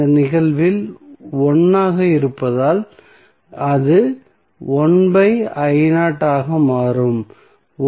இந்த நிகழ்வில் 1 ஆக இருப்பதால் அது ஆக மாறும்